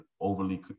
overly